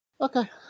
Okay